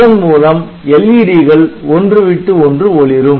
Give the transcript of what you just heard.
இதன் மூலம் LED கள் ஒன்று விட்டு ஒன்று ஒளிரும்